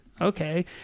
okay